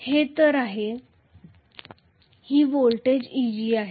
हे If आहे आणि ही व्होल्टेज Eg आहे